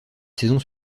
saison